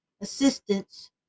assistance